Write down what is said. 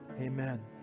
amen